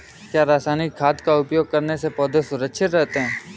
क्या रसायनिक खाद का उपयोग करने से पौधे सुरक्षित रहते हैं?